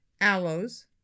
Aloes